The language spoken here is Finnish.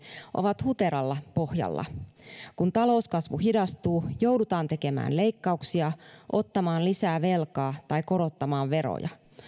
ovat huteralla pohjalla kun talouskasvu hidastuu joudutaan tekemään leikkauksia ottamaan lisää velkaa tai korottamaan veroja